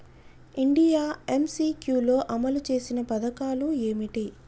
India MCQ లో అమలు చేసిన పథకాలు ఏమిటి?